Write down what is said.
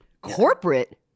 Corporate